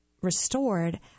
restored